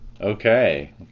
okay